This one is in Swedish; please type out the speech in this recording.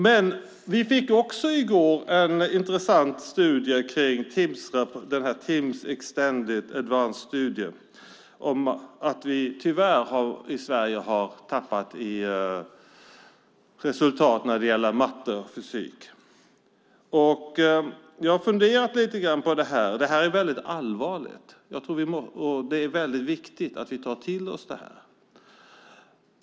I går fick vi också en intressant Timss-rapport om att Sverige tyvärr har tappat i resultat när det gäller matte och fysik. Det är väldigt allvarligt. Det är viktigt att vi tar till oss detta.